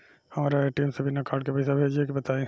हमरा ए.टी.एम से बिना कार्ड के पईसा भेजे के बताई?